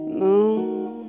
moon